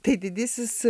tai didysis